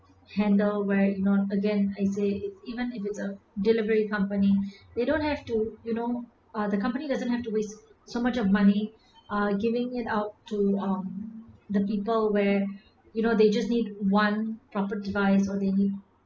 handle where you know again I say it's even if it's a delivery company they don't have to you know uh the company doesn't have to waste so much of money uh giving it out to um the people were you know they just need one proper device or they need